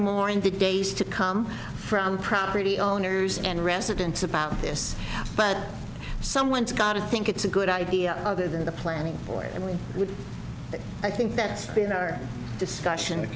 more in the days to come from property owners and residents about this but someone's gotta think it's a good idea other than the planning for it and we would i think that's a discussion